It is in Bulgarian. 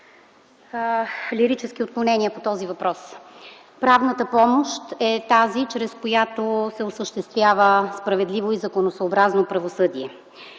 лирически отклонения по този въпрос. Правната помощ е тази, чрез която се осъществява справедливо и законосъобразно правосъдие.